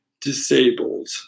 disabled